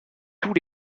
tous